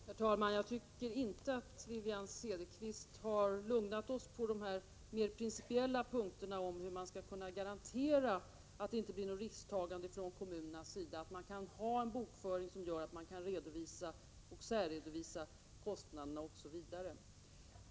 Herr talman! Jag tycker inte att Wivi-Anne Cederqvist har lugnat oss på de mer principiella punkterna, nämligen hur man skall kunna garantera att det inte blir något risktagande från kommunernas sida och hur man kan åstadkomma en bokföring där man kan särredovisa de här kostnaderna osv.